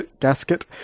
gasket